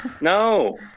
No